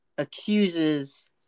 accuses